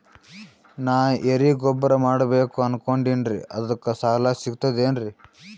ನಾ ಎರಿಗೊಬ್ಬರ ಮಾಡಬೇಕು ಅನಕೊಂಡಿನ್ರಿ ಅದಕ ಸಾಲಾ ಸಿಗ್ತದೇನ್ರಿ?